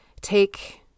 take